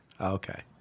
Okay